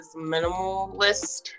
minimalist